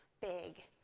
big,